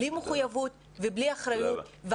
בלי מחויבות ובלי אחריות.